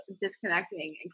disconnecting